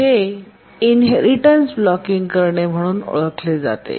हे inheritance blocking करणे म्हणून ओळखले जाते